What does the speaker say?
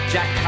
Jack